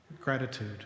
gratitude